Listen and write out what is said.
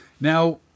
Now